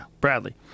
Bradley